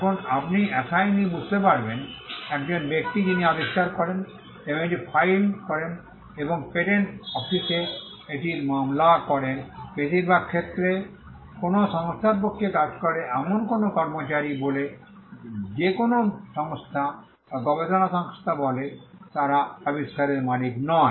এখন আপনি অ্যাসিনি বুঝতে পারবেন একজন ব্যক্তি যিনি আবিষ্কার করেন এবং এটি ফাইল করেন এবং পেটেন্ট অফিসে এটি মামলা করেন বেশিরভাগ ক্ষেত্রে কোনও সংস্থার পক্ষে কাজ করে এমন কোনও কর্মচারী বলে যে কোনও সংস্থা বা গবেষণা সংস্থা বলে তারা আবিষ্কারের মালিক নয়